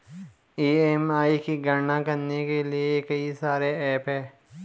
EMI की गणना करने के लिए कई सारे एप्प हैं